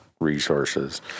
resources